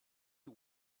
you